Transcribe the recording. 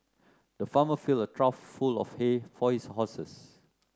the farmer filled a trough full of hay for his horses